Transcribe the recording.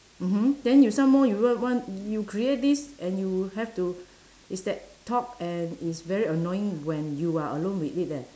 mmhmm then you some more you wa~ want you create this and you have to it's that talk and it's very annoying when you are alone with it eh